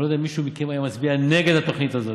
אני לא יודע אם מישהו מכם היה מצביע נגד התוכנית הזאת.